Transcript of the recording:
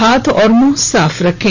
हाथ और मुंह साफ रखें